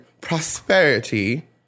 prosperity